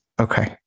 Okay